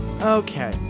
Okay